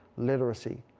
literacy,